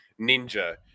ninja